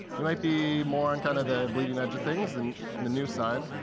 you might be more on kind of the bleeding edge of things than the new side.